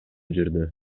жүрдү